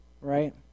right